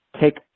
take